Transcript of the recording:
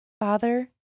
Father